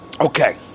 Okay